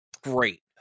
great